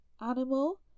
animal